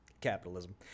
capitalism